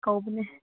ꯀꯧꯕꯅꯦ